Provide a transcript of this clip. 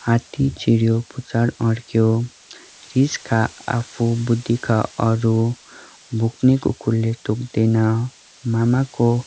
हात्ती छिऱ्यो पुच्छर अड्क्यो रिस खा आफू बुद्धि खा अरू भुक्ने कुकुरले टोक्दैन मामाको